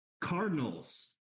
Cardinals